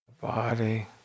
Body